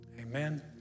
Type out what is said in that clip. amen